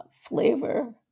flavor